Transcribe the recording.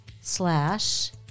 slash